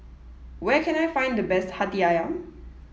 where can I find the best Hati Ayam